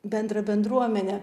bendrą bendruomenę